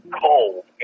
cold